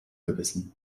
gebissen